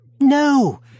No